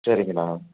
சரிங்கண்ணா